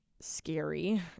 scary